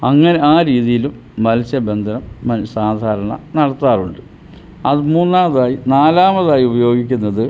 അങ്ങനെ ആ രീതിയിലും മത്സ്യബന്ധനം സാധാരണ നടത്താറുണ്ട് അത് മൂന്നാമതായി നാലാമതായി ഉപയോഗിക്കുന്നത്